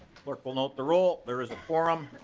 clerk will note the roll there is a quorum.